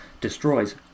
destroys